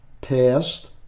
past